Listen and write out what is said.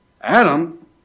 Adam